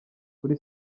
kuri